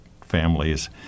families